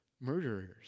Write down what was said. murderers